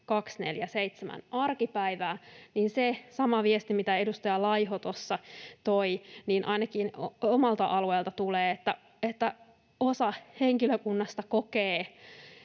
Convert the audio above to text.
etulinjassa ihan 24/7 arkipäivää, niin se sama viesti, mitä edustaja Laiho tuossa toi, ainakin omalta alueeltani tulee, että osa henkilökunnasta kokee